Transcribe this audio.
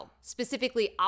specifically